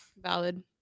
Valid